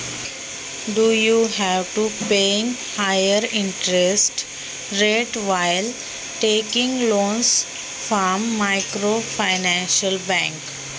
सूक्ष्म वित्तीय बँकांकडून कर्ज घेताना व्याजदर जास्त द्यावा लागतो का?